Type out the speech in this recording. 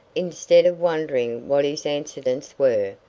instead of wondering what his antecedents were,